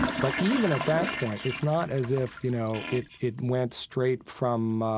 but even at that point, it's not as if, you know, it it went straight from